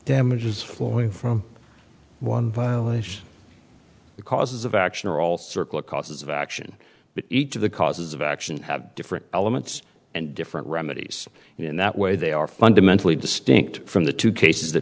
damages flowing from one place causes of action are all circle of causes of action but each of the causes of action have different elements and different remedies in that way they are fundamentally distinct from the two cases